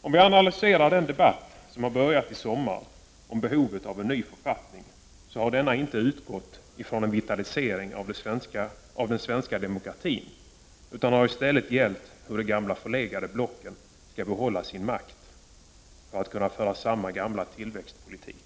Om vi analyserar den debatt som började i somras om behovet av en ny författning, så finner ni att denna debatt inte har utgått från en vitalisering av den svenska demokratin utan i stället har gällt hur de gamla förlegade blocken skall behålla sin makt för att kunna föra samma gamla tillväxtpolitik.